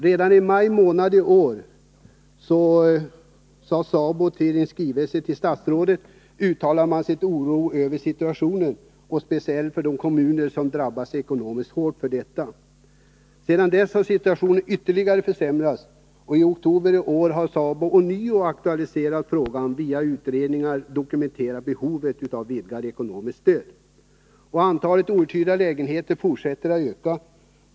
Redan i maj månad i år uttalade SABO i en skrivelse till statsrådet sin oro över den situation som uppstått, speciellt när det gällde de kommuner som ekonomiskt drabbats hårt. Sedan dess har situationen ytterligare försämrats, och i oktober i år har SABO ånyo aktualiserat frågan och i en utredning dokumenterat behovet av vidgat ekonomiskt stöd. Antalet outhyrda lägenheter fortsätter att öka.